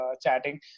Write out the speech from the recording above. chatting